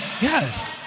Yes